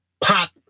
pop